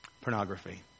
Pornography